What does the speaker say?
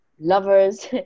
lovers